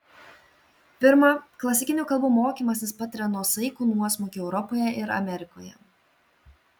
pirma klasikinių kalbų mokymasis patiria nuosaikų nuosmukį europoje ir amerikoje